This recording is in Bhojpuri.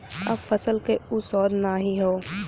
अब फसल क उ स्वाद नाही हौ